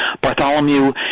Bartholomew